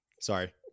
Sorry